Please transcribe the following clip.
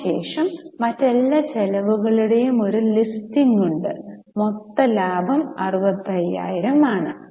അതിനുശേഷം മറ്റെല്ലാ ചെലവുകളുടെയും ഒരു ലിസ്റ്റിംഗ് ഉണ്ട് മൊത്ത ലാഭം 65000 ആണ്